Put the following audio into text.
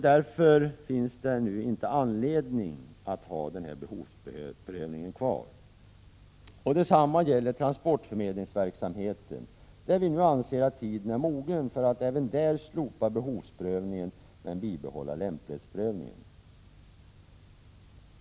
Därför finns det nu inte anledning att ha behovsprövningen kvar. Detsamma gäller transportförmedlingsverksamheten, där vi nu anser att tiden är mogen för att även på detta område slopa behovsprövningen men bibehålla lämplighetsprövningen.